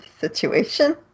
situation